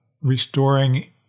restoring